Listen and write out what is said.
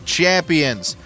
champions